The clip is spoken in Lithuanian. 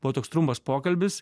buvo toks trumpas pokalbis